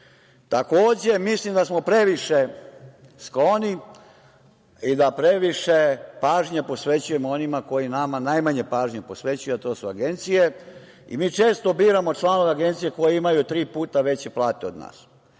Arsić. Takođe, mislim da smo previše skloni i da previše pažnje posvećujemo onima koji nama najmanje pažnje posvećuju, a to su agencije. Mi često biramo članove agencija koji imaju tri puta veće plate od nas.